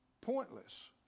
pointless